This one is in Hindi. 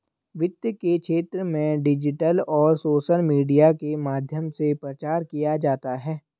वित्त के क्षेत्र में डिजिटल और सोशल मीडिया के माध्यम से प्रचार किया जाता है